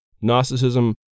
Gnosticism